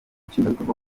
nshingwabikorwa